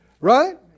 right